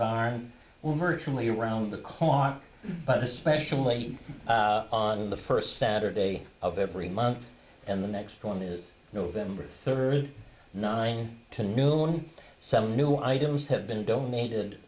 when virtually around the clock but especially on the first saturday of every month and the next one is november third nine to noon seven new items have been donated